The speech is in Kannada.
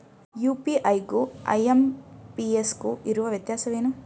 ಯು.ಪಿ.ಐ ಗು ಐ.ಎಂ.ಪಿ.ಎಸ್ ಗು ಇರುವ ವ್ಯತ್ಯಾಸವೇನು?